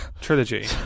trilogy